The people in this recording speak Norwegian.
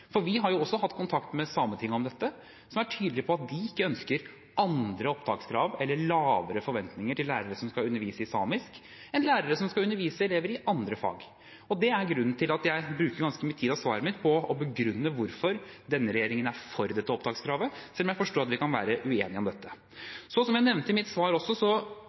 Vi har også hatt kontakt med Sametinget om dette, som er tydelige på at de ikke ønsker andre opptakskrav eller lavere forventninger til lærere som skal undervise i samisk, enn til lærere som skal undervise elever i andre fag. Det er grunnen til at jeg bruker ganske mye tid i svaret mitt på å begrunne hvorfor denne regjeringen er for dette opptakskravet, selv om jeg forstår at vi kan være uenige om dette. Som jeg også nevnte i mitt svar,